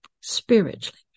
spiritually